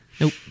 Nope